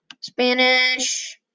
Spanish